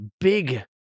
big